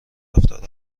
رفتار